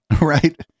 Right